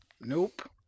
nope